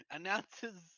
Announces